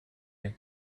yet